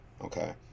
Okay